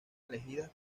elegidas